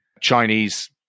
Chinese